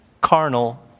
carnal